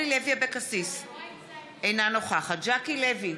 ז'קי לוי,